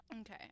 okay